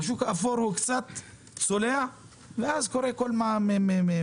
בשוק האפור הוא קצת צולע ואז קורה מה שקורה.